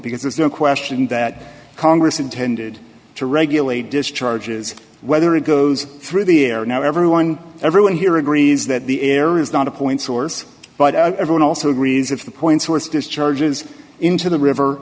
because there's no question that congress intended to regulate discharges whether it goes through the air or now everyone everyone here agrees that the air is not a point source but everyone also agrees if the point source discharges into the river